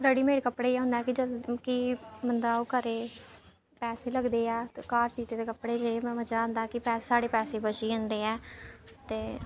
ready made कपड़े च एह् होंदा ऐ कि बंदा ओह् करे पैसे लगदे ऐ ते घर सीते दे कपड़े च एह् मजा होंदां कि साढ़े पैसे बची जंदे ऐ ते